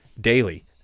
daily